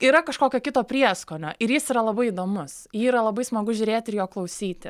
yra kažkokio kito prieskonio ir jis yra labai įdomus jį yra labai smagu žiūrėti ir jo klausyti